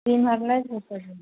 एम्हर नहि